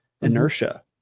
inertia